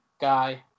guy